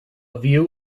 view